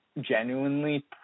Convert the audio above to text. genuinely